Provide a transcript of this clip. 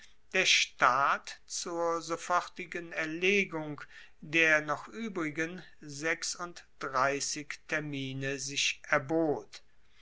der staat zur sofortigen erlegung der noch uebrigen sechsunddreissig termine sich erbot